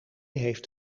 heeft